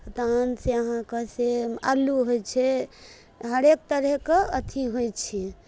तहनसँ अहाँके से अल्लू होइ छै हरेक तरहके अथि होइ छै